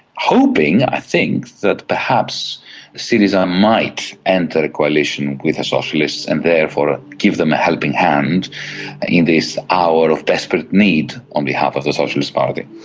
hoping, i think, that perhaps syriza might and enter a coalition with the socialists and therefore give them a helping hand in this hour of desperate need on behalf of the socialist party.